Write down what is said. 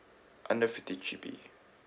under fifty G_B